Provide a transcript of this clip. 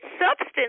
substance